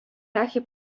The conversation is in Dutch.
laagje